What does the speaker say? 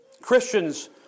Christians